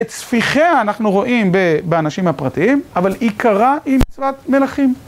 את ספיחיה אנחנו רואים באנשים הפרטיים, אבל עיקרה היא מצוות מלכים.